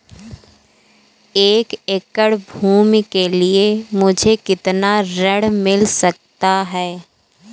एक एकड़ भूमि के लिए मुझे कितना ऋण मिल सकता है?